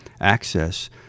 access